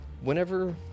whenever